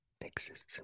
exists